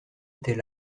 était